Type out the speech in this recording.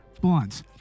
blunts